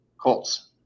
Colts